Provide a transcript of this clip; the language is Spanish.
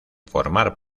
formar